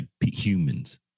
humans